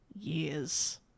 years